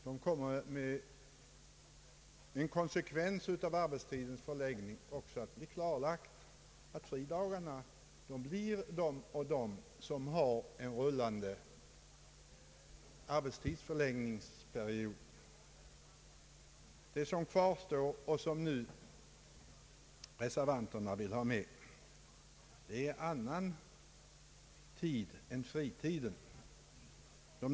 Det blir ju i samband med arbetstidens förläggning också klarlagt vilka fridagarna blir i en rullande periodisering av arbetstidsuttaget. Det som kvarstår och som nu reservanterna vill ha med är annan ledighet än fritiden och semestern.